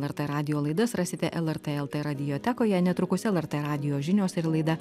lrt radijo laidas rasite lrt lt radijotekoje netrukus lrt radijo žinios ir laida